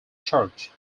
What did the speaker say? church